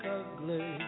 ugly